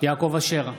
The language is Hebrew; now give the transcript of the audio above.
יעקב אשר,